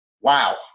wow